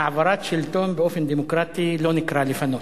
העברת שלטון באופן דמוקרטי לא נקראת לפנות.